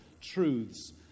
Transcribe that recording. truths